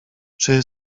czy